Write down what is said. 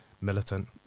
militant